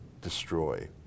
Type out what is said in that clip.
destroy